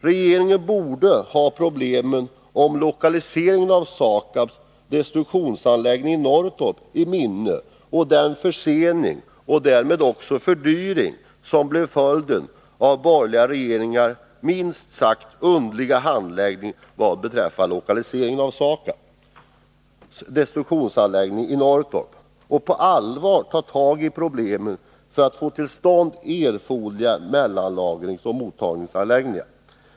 Regeringen borde ha problemen med lokaliseringen av SAKAB:s destruktionsanläggning i Norrtorp i minne och den försening — och därmed också fördyring — som blev följden av borgerliga regeringars minst sagt underliga handläggning vad beträffar lokaliseringen av denna anläggning. Den borde också på allvar ta tag i problemen för att få till stånd erforderliga mellanlagringsoch mottagningsanläggningar.